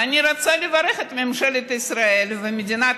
ואני רוצה לברך את ממשלת ישראל ואת מדינת